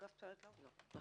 אני